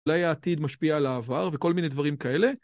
‫אולי העתיד משפיע על העבר ‫וכל מיני דברים כאלה.